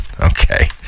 Okay